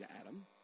Adam